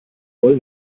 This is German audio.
wollen